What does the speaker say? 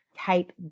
type